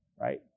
Right